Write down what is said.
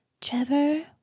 Trevor